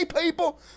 people